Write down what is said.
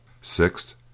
Sixth